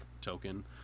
token